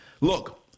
Look